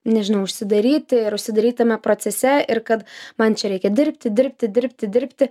nežinau užsidaryti ir užsidaryt tame procese ir kad man čia reikia dirbti dirbti dirbti dirbti